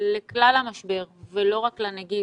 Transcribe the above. לכלל המשבר ולא רק לנגיף.